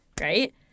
Right